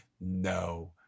no